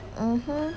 mmhmm